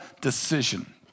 decision